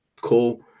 Cool